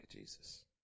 Jesus